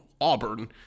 Auburn